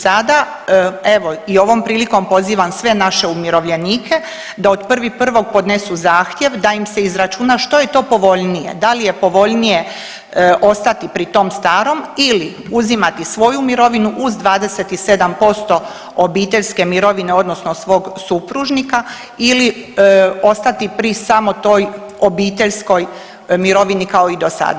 Sada evo i ovom prilikom pozivam sve naše umirovljenike da od 1.1. podnesu zahtjev da im se izračuna što je to povoljnije, da li je povoljnije ostati pri tom starom ili uzimati svoju mirovinu uz 27% obiteljske mirovine odnosno svog supružnika ili ostati pri samo toj obiteljskoj mirovini kao i do sada.